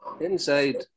inside